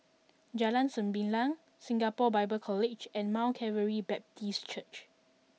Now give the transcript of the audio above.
Jalan Sembilang Singapore Bible College and Mount Calvary Baptist Church